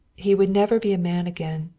he would never be a man again.